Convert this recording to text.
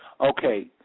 Okay